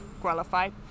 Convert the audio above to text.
qualified